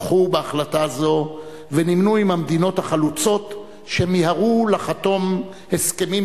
תמכו בהחלטה זאת ונמנו עם המדינות החלוצות שמיהרו לחתום הסכמים